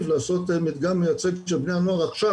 לעשות מדגם מייצג של בני הנוער עכשיו,